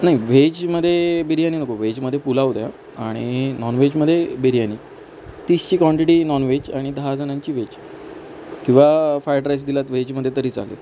नाही वेजमध्ये बिर्याणी नको वेजमध्ये पुलाव द्या आणि नॉनवेजमध्ये बिर्याणी तीसची क्वांटिटी नॉनवेज आणि दहा जणांची वेज किवा फ्राईड राईस दिलात वेजमध्ये तरी चालेल